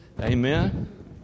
Amen